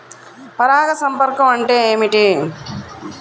పరాగ సంపర్కం అంటే ఏమిటి?